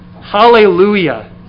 hallelujah